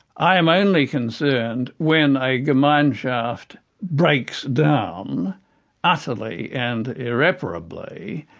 i am only concerned when a gemeinschaft breaks down utterly and irreparably,